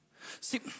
see